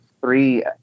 three